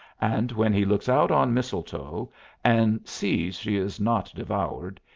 and when he looks out on mistletoe and sees she is not devoured,